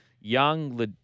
young